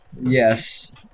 Yes